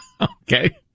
Okay